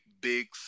big